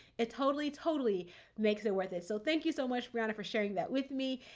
it totally, totally makes it worth it. so thank you so much, brionna, for sharing that with me.